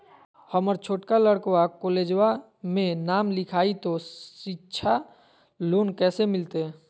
हमर छोटका लड़कवा कोलेजवा मे नाम लिखाई, तो सिच्छा लोन कैसे मिलते?